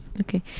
okay